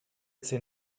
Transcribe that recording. zehn